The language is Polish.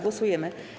Głosujemy.